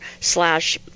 slash